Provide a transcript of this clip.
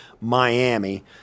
Miami